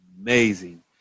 amazing